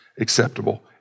acceptable